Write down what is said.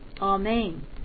Amen